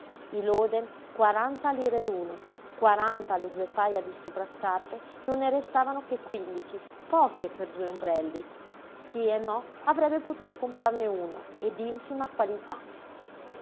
i loden quaranta lire l'uno quaranta le due paja di soprascarpe non ne restavano che quindici poche per due ombrelli sí e no avrebbe potuto comperarne uno e d'infima qualità